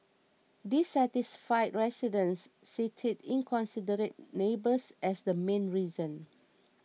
dissatisfied residents cited inconsiderate neighbours as the main reason